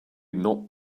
not